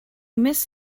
miss